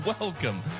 welcome